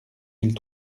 mille